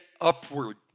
upward